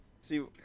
See